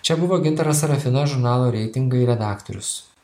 čia buvo gintaras sarafinas žurnalo reitingai redaktorius